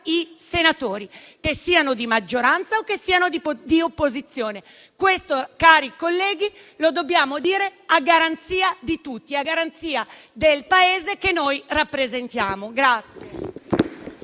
i senatori, che siano di maggioranza o di opposizione. Questo, cari colleghi, lo dobbiamo dire a garanzia di tutti, a garanzia del Paese che noi rappresentiamo.